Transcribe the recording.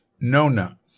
Nona